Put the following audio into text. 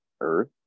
Earth